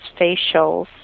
facials